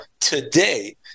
today